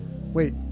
Wait